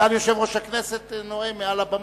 סגן יושב-ראש הכנסת, נואם מעל הבמה.